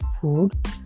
food